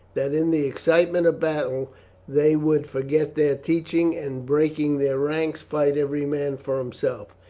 that in the excitement of battle they would forget their teaching, and, breaking their ranks, fight every man for himself.